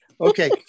Okay